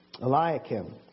Eliakim